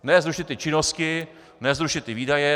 Ne zrušit ty činnosti, ne zrušit ty výdaje.